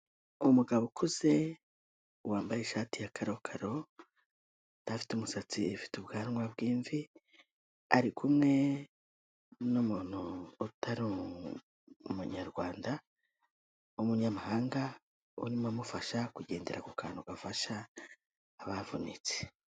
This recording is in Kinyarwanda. Umugabo ukuze wambaye ishati ya karokaro adafite umusatsi, ufite ubwanwa bw'imvi ari kumwe n'umuntu utari umunyarwanda, w'umunyamahanga urimo amufasha kugendera ku kantu gafasha abavunitse.